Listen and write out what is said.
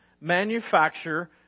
manufacture